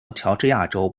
乔治亚州